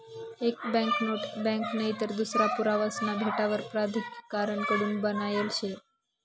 एक banknote bank नईतर दूसरा पुरावासना भेटावर प्राधिकारण कडून बनायेल शे